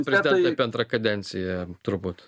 prezidentai apie antrą kadenciją turbūt